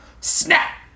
Snap